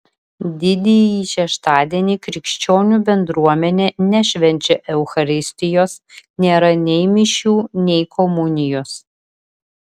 didįjį šeštadienį krikščionių bendruomenė nešvenčia eucharistijos nėra nei mišių nei komunijos